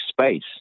space